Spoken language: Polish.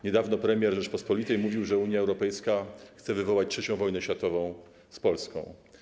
Niedawno premier Rzeczypospolitej mówił, że Unia Europejska chce wywołać III wojnę światową z Polską.